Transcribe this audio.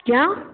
क्या